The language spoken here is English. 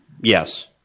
yes